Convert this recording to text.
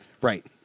right